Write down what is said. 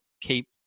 keep